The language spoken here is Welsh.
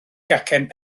gacen